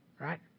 right